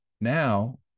Now